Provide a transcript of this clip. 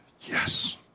Yes